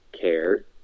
care